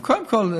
אבל קודם כול,